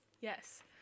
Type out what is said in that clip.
Yes